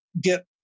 get